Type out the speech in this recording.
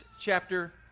chapter